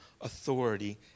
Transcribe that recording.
authority